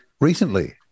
recently